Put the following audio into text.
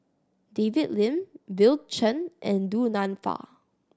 David Lim Bill Chen and Du Nanfa